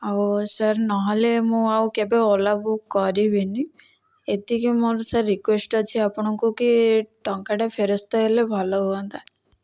ଆଉ ସାର୍ ନହେଲେ ମୁଁ ଆଉ କେବେ ଓଲା ବୁକ୍ କରିବି ନାହିଁ ଏତିକି ମୋର ସାର୍ ରିକ୍ୱେଷ୍ଟ ଅଛି ଆପଣଙ୍କୁ କି ଟଙ୍କାଟା ଫେରସ୍ତ ହେଲେ ଭଲ ହୁଅନ୍ତା